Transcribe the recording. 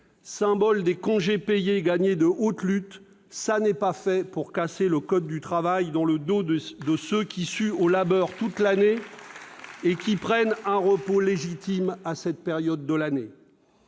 symbole des congés payés gagnés de haute lutte, n'est pas fait pour casser le code du travail dans le dos de ceux qui suent au labeur toute l'année et qui prennent alors un repos légitime. Très bien